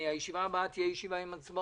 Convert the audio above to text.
הישיבה הבאה תהיה עם הצבעות.